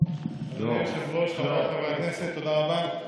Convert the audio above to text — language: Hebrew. תודה רבה.